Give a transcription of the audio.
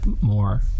more